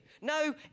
No